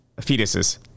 fetuses